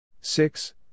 Six